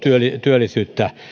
työllisyyttä